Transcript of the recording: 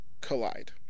collide